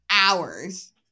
hours